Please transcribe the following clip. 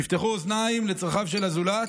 תפתחו אוזניים לצרכיו של הזולת,